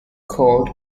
chord